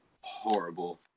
horrible